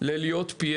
ללהיות PA